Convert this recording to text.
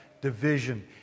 division